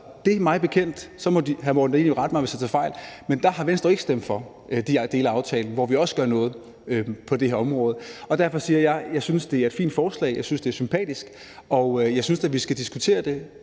mig bekendt ikke – og så må hr. Morten Dahlin rette mig, hvis jeg tager fejl – stemt for de dele af aftalen, hvor vi også gør noget på det her område. Derfor siger jeg, at jeg synes, at det er et fint og sympatisk forslag, og jeg synes da, vi skal diskutere det,